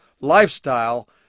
lifestyle